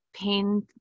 pain